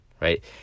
right